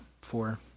four